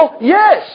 Yes